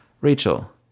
Rachel